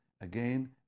again